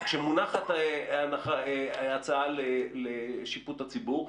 כשמונחת הצעה לשיפוט הציבור.